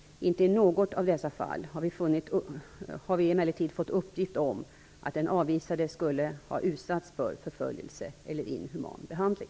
Inte i något av dessa fall har vi emellertid fått uppgift om att den avvisade skulle ha utsatts för förföljelse eller inhuman behandling.